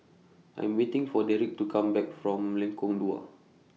I Am waiting For Derrick to Come Back from Lengkong Dua